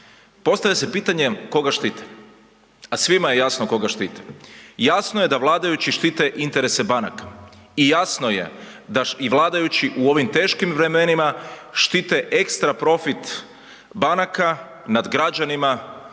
Postavlja se pitanje koga štite? A svima je jasno koga štite. Jasno je da vladajući štite interese banaka i jasno je da i vladajući u ovim teškim vremenima štite ekstra profit banaka nad građanima